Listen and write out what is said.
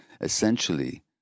Essentially